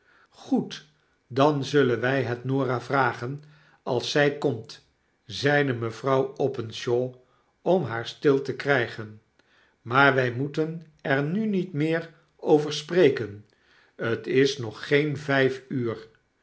roed dan zullen wy het norah vragen als zy komt zeide mevrouw openshaw om haar stil te krygen maar wy moeten er nu niet meer over spreken t is nog geen vyf ure